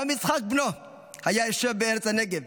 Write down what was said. גם יצחק בנו היה יושב בארץ הנגב,